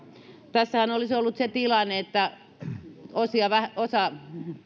tässähän olisi ollut tilanne se että osa